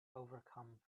overcome